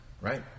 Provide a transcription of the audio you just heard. right